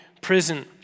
prison